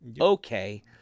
Okay